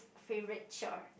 favourite chore